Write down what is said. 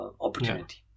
opportunity